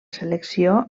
selecció